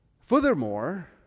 Furthermore